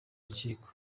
rukiko